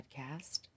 podcast